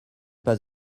pas